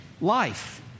life